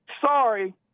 sorry